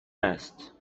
است